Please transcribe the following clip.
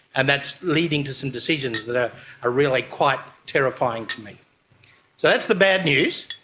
and that's leading to some decisions that are are really quite terrifying to me. so that's the bad news.